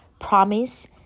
promise